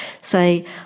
say